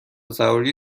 سواری